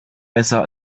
besser